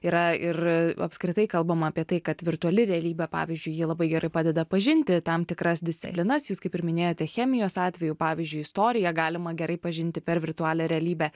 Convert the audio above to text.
yra ir apskritai kalbama apie tai kad virtuali realybė pavyzdžiui ji labai gerai padeda pažinti tam tikras disciplinas jūs kaip ir minėjote chemijos atveju pavyzdžiui istoriją galima gerai pažinti per virtualią realybę